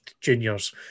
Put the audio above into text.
juniors